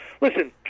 listen